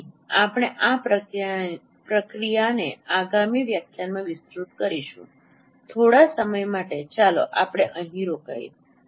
તેથી આપણે આ પ્રક્રિયાને આગામી વ્યાખ્યાનમાં વિસ્તૃત કરીશું થોડા સમય માટે ચાલો આપણે અહીં રોકાઈએ